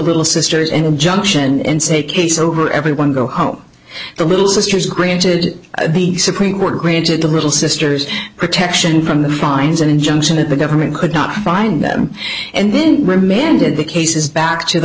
little sisters an injunction and say case over everyone go home the little sisters granted the supreme court granted the little sisters protection from the fines an injunction that the government could not find them and then remanded the cases back to the